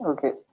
Okay